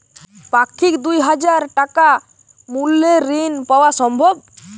পাক্ষিক দুই হাজার টাকা মূল্যের ঋণ পাওয়া সম্ভব?